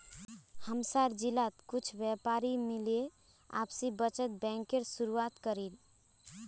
हमसार जिलात कुछु व्यापारी मिले आपसी बचत बैंकेर शुरुआत करील